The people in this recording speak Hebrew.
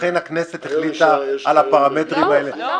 לכן הכנסת החליטה על הפרמטרים האלה --- לא,